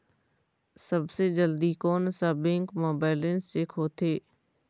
सबसे जल्दी कोन सा बैंक म बैलेंस चेक होथे?